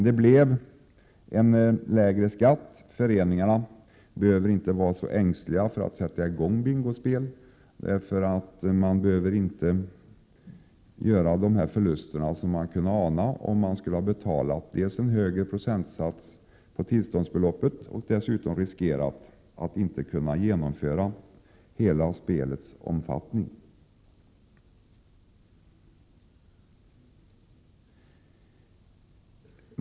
Det blev en lägre skatt. Föreningarna behöver inte vara så ängsliga för att sätta i gång bingospel, eftersom de inte behöver riskera att göra de förluster som man kunde ana skulle bli följden om de dels skulle ha betalat en högre procentsats på tillståndsbeloppet, dels kanske inte skulle ha kunnat genomföra spelet i hela dess omfattning.